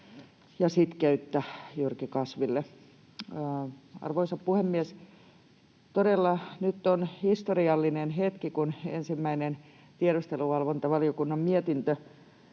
ja sitkeyttä Jyrki Kasville. Arvoisa puhemies! Todella, nyt on historiallinen hetki, kun ensimmäinen tiedusteluvalvontavaliokunnan mietintö